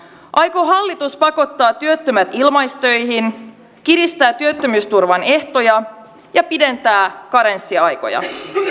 aikoo hallitus pakottaa työttömät ilmaistöihin kiristää työttömyysturvan ehtoja ja pidentää karenssiaikoja